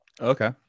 okay